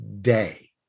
day